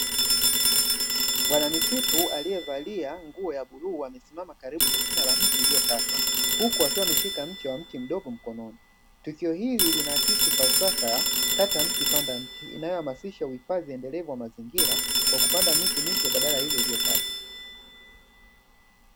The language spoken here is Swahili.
Bwana misitu aliyevalia nguo ya bluu amesimama karibu na shina la mti uliokatwa, huku akiwa ameshika mche wa mti mdogo mkononi. Tukio hili linaakisi falsafa ya 'kata mti panda mti' inayohamasisha uhifadhi endelevu wa mazingira kwa kupanda miti mipya, badala ya ile iliyokatwa.